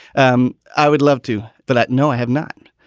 um i would love to, but at no, i have not.